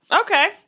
Okay